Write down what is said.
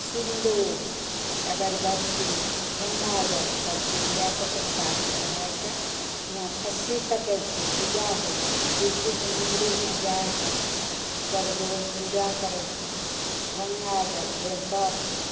सिन्दूर अगरबत्ती गंगाजल सबचीज लए कऽ प्रसाद चढ़ायके हुँवा खस्सी कटय छै पूजा होइ छै शिव जीके मन्दिरमे जा कऽ सबलोग पूजा करय छथिन गंगाजल बेलपत्र